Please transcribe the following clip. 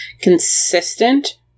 consistent